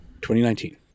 2019